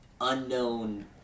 unknown